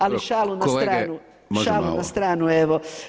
Ali šalu na stranu [[Upadica Hajdaš Dončić: Kolege, može malo.]] Šalu na stranu, evo.